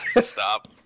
Stop